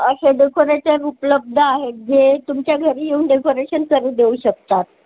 असे डेकोरेटर उपलब्ध आहेत जे तुमच्या घरी येऊन डेकोरेशन करू देऊ शकतात